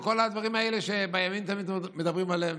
כל הדברים האלה שבימין תמיד מדברים עליהם.